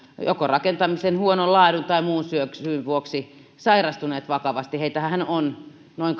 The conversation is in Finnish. joko rakentamisen huonon laadun tai muun syyn vuoksi sairastuneet vakavasti heitähän on noin